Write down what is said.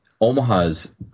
Omaha's